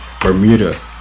Bermuda